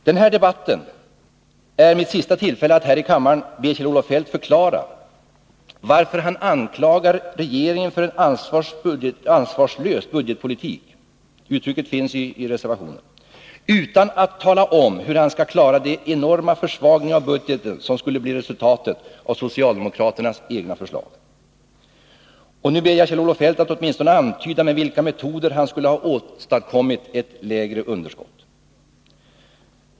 Den här debatten är mitt sista tillfälle att här i kammaren be Kjell-Olof Feldt förklara varför han anklagar regeringen för en ”ansvarslös budgetpolitik” — uttrycket finns i s-reservationen — utan att tala om hur han skall klara den enorma försvagning av budgeten som skulle bli resultatet av socialdemokraternas egna förslag. Nu ber jag Kjell-Olof Feldt att åtminstone antyda med vilka metoder han skulle ha åstadkommit ett lägre underskott.